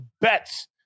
bets